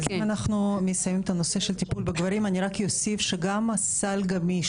אם אנחנו מסיימים את הנושא של טיפול בגברים אני רק אוסיף שגם הסל גמיש.